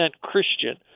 Christian